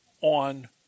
on